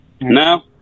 no